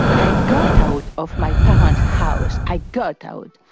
i got out of my parents' house, i got out.